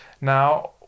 Now